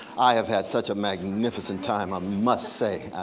i have had such a magnificent time, i must say.